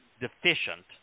deficient